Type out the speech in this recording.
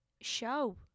show